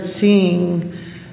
seeing